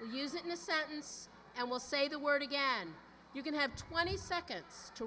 or use it in a sentence and will say the word again you can have twenty seconds to